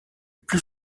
plus